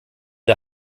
der